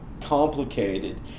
complicated